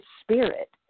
spirit